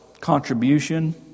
contribution